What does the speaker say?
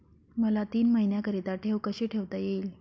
मला तीन महिन्याकरिता ठेव कशी ठेवता येईल?